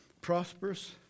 prosperous